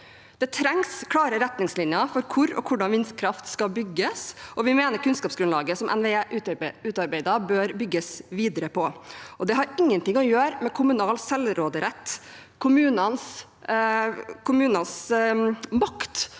Det trengs klare retningslinjer for hvor og hvordan vindkraft skal bygges, og vi mener at kunnskapsgrunnlaget som NVE har utarbeidet, bør det bygges videre på. Det har ingenting å gjøre med kommunal selvråderett. Kommunenes makt